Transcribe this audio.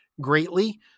greatly